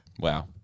wow